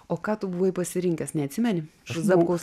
o ką tu buvai pasirinkęs neatsimeni iš zapkaus